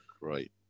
right